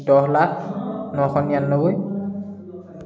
দহ লাখ নশ নিৰান্নব্বৈ